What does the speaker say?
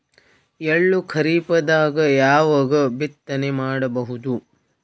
ಎಳ್ಳು ಖರೀಪದಾಗ ಯಾವಗ ಬಿತ್ತನೆ ಮಾಡಬಹುದು?